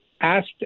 asked